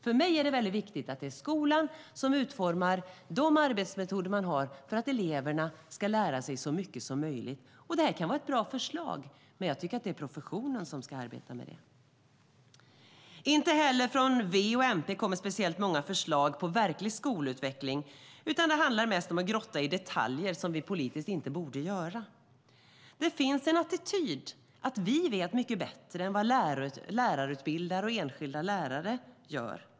För mig är det väldigt viktigt att det är skolan som utformar sina arbetsmetoder för att eleverna ska lära sig så mycket som möjligt. Det här kan vara ett bra förslag, men jag tycker att det är professionen som ska arbeta med det. Inte heller från Vänsterpartiet och Miljöpartiet kommer speciellt många förslag om verklig skolutveckling, utan det handlar mest om att grotta i detaljer som vi politiskt inte borde göra. Det finns en attityd att vi vet mycket bättre än vad lärarutbildare och enskilda lärare gör.